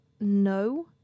no